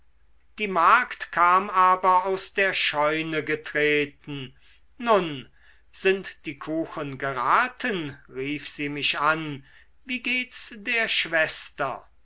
die magd kam aber aus der scheune getreten nun sind die kuchen geraten rief sie mich an wie geht's der schwester